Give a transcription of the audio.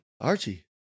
Archie